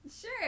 sure